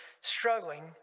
struggling